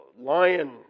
lion